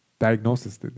diagnosis